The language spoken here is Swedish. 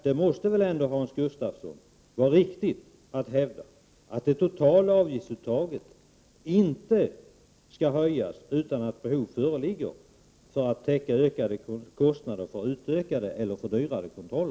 Det måste väl, Hans Gustafsson, vara riktigt att hävda att det totala avgiftsuttaget inte skall höjas utan att behov föreligger för att täcka kostnader för ökad eller fördyrad kontroll?